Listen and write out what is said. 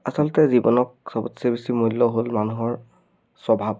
আচলতে জীৱনক চবতচে বেছি মূল্য হ'ল মানুহৰ স্বভাৱ